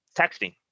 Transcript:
texting